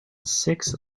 six